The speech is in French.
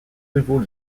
rivaux